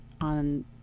on